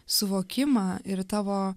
suvokimą ir tavo